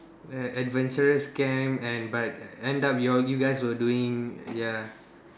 ad~ adventurous camp and but end up you all you guys were doing ya